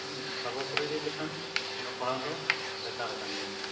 ᱥᱚᱨᱵᱚ ᱯᱚᱨᱤ ᱞᱟᱹᱭ ᱞᱮᱠᱷᱟᱱ ᱚᱞᱚᱜ ᱯᱟᱲᱦᱟᱜ ᱫᱚ ᱞᱮᱛᱟᱲ ᱟᱠᱟᱱ ᱜᱮᱭᱟ